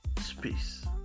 space